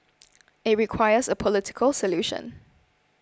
it requires a political solution